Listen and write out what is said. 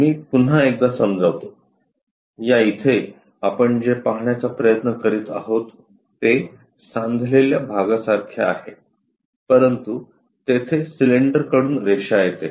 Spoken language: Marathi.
मी पुन्हा एकदा समजावतो या इथे आपण जे पाहण्याचा प्रयत्न करीत आहोत ते सांधलेल्या भागासारखे आहे परंतु तेथे सिलेंडर कडून रेषा येते